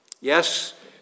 Yes